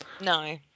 No